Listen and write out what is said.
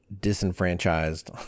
disenfranchised